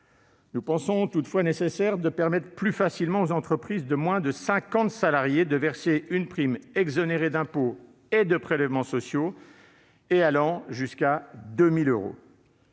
Nous pensons toutefois nécessaire de permettre plus facilement aux entreprises de moins de cinquante salariés de verser une prime exonérée d'impôt et de prélèvements sociaux et allant jusqu'à 2 000 euros.